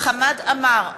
חמד עמאר,